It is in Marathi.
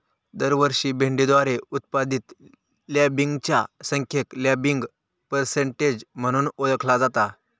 दरवर्षी भेंडीद्वारे उत्पादित लँबिंगच्या संख्येक लँबिंग पर्सेंटेज म्हणून ओळखला जाता